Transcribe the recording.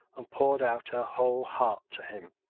and poured out her whole heart him.